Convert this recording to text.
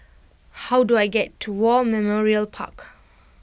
how do I get to War Memorial Park